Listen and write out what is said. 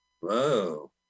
Whoa